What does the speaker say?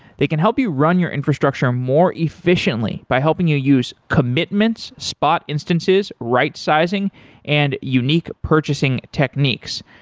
they can help you run your infrastructure more efficiently by helping you use commitments, spot instances, rightsizing and unique purchasing techniques.